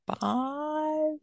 five